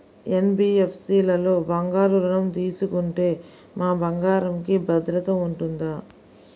NBFC లలో బంగారు ఋణం తీసుకుంటే మా బంగారంకి భద్రత ఉంటుందా?